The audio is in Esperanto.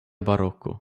baroko